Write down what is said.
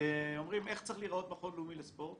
ואומרים איך צריך להיראות מכון לאומי לספורט